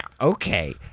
okay